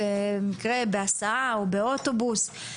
בהסעה או באוטובוס.